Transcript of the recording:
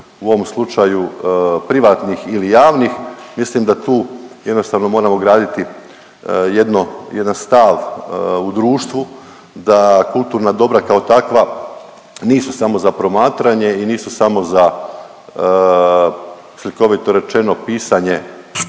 u ovom slučaju privatnih ili javnih. Mislim da tu jednostavno moramo graditi jedan stav u društvu, da kulturna dobra kao takva nisu samo za promatranje i nisu samo za slikovito rečeno pisanje